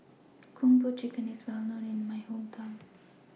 Kung Po Chicken IS Well known in My Hometown